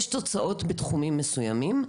יש תוצאות בתחומים מסוימים,